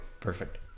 perfect